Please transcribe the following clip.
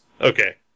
okay